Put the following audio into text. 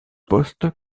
poste